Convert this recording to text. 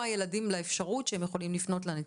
ילדים לאפשרות שהם יכולים לפנות לנציבה?